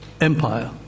empire